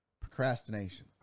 Procrastination